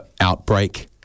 outbreak